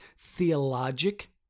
theologic